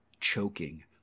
choking